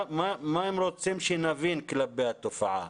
מה הם רוצים שנבין כלפי התופעה?